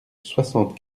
soixante